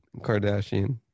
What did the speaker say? Kardashian